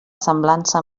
semblança